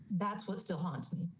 that's what still haunts me